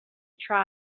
tried